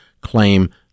claim